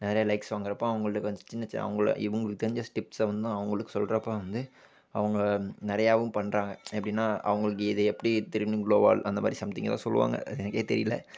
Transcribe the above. நிறைய லைக்ஸ் வாங்குகிறப்போ அவங்களுக்கு வந்து சின்ன சின்ன அவங்கள இவங்களுக்கு தெரிஞ்ச ஸ்டெப்ஸ்ஸை வந்து அவங்களுக்கு சொல்லுறப்ப வந்து அவங்க நிறையாவும் பண்ணுறாங்க எப்படின்னா அவங்களுக்கு இது எப்படி திரும்பியும் க்ளோவ் வால் அந்த மாதிரி சம்திங் ஏதோ சொல்லுவாங்க எனக்கே தெரியிலை